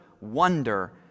wonder